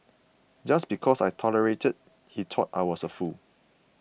just because I tolerated he thought I was a fool